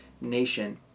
nation